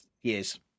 years